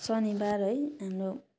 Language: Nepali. शनिवार है हाम्रो